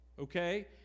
okay